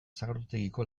sagardotegiko